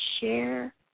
share